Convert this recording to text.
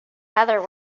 heather